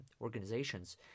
organizations